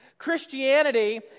Christianity